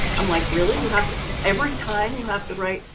i'm like, really? you have to? every time you have to write?